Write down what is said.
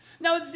Now